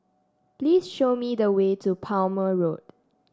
please show me the way to Palmer Road